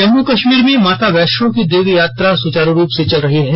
जम्मू कश्मीर में माता वैष्णो देवी यात्रा सुचारू रूप से चल रही है